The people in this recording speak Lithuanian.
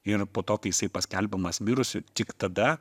ir po to kai jisai paskelbiamas mirusiu tik tada